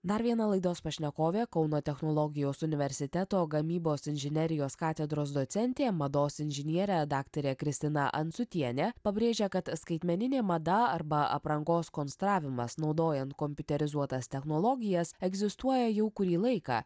dar viena laidos pašnekovė kauno technologijos universiteto gamybos inžinerijos katedros docentė mados inžinierė daktarė kristina ancutienė pabrėžia kad skaitmeninė mada arba aprangos konstravimas naudojant kompiuterizuotas technologijas egzistuoja jau kurį laiką